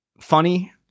funny